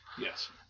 Yes